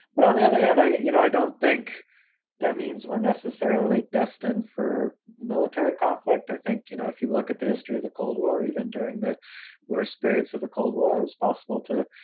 but on the other hand, you know, i don't think that means or necessarily destined for military conflict. i think, you know, if you look at the history of the cold war, even during the worst periods of the cold war, is possible to,